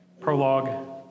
prologue